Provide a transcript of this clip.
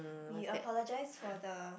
we apologize for the